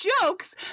jokes